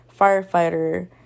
firefighter